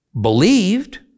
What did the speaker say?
believed